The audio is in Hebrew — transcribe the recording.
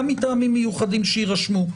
גם מטעמים מיוחדים שיירשמו?